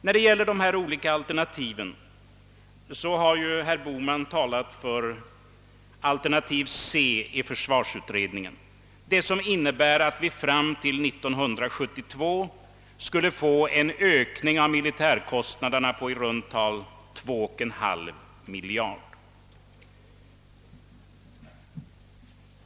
När det gäller de olika alternativen har ju herr Bohman talat för alternativ C i försvarsutredningen, vilket innebär, att vi fram till 1972 skulle få en ökning av militärkostnaderna på i runt tal 2,5 miljarder.